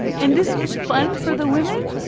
and this was fun for the women